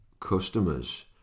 customers